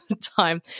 time